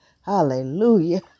Hallelujah